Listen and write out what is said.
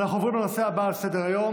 אנחנו עוברים לנושא הבא על סדר-היום,